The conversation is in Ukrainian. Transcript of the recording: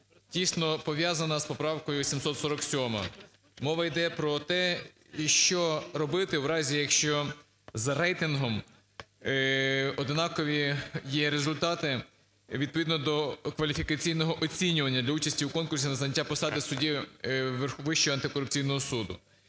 тісно пов'язана з поправкою 747. Мова йде про те, що робити в разі, якщо з рейтингом однакові є результати, відповідно до кваліфікаційного оцінювання, для участі у конкурсі на зайняття посади судді Вищого антикорупційного суду.